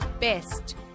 best